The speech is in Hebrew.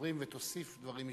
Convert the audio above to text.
הדוברים ותוסיף דברים משלה.